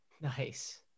nice